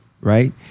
right